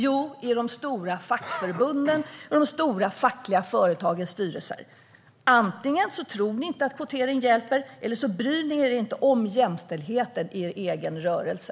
Jo, inom de stora fackförbunden och deras styrelser. Antingen tror ni inte att kvotering hjälper, eller så bryr ni er inte om jämställdheten i er egen rörelse.